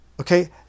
Okay